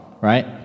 right